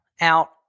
out